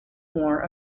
more